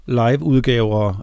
live-udgaver